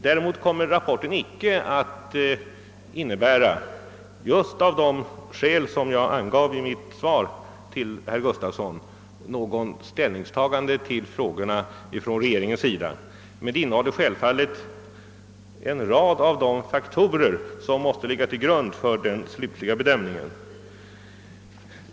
Däremot kommer rapporten icke att innebära — just av de skäl som jag angav i mitt svar till herr Gustafson i Göteborg — något ställningstagande till frågorna från regeringens sida, men den redovisar självfallet en rad av de faktorer som måste ligga till grund för den slutliga bedömningen.